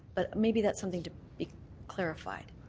but maybe that's something to be clarified.